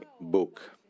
book